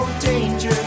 Danger